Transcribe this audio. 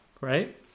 Right